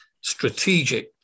strategic